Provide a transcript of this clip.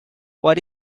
what